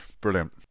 Brilliant